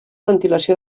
ventilació